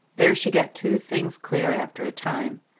there she got two things clear after a time.